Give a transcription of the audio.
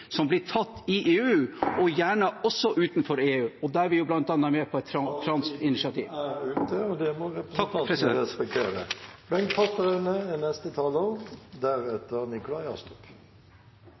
som blir tatt i EU, og gjerne også utenfor EU. Der er vi bl.a. med på et fransk initiativ. Taletiden er ute – og det